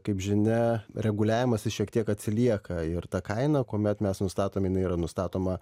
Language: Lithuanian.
kaip žinia reguliavimas jis šiek tiek atsilieka ir ta kaina kuomet mes nustatom jinai yra nustatoma